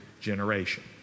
generation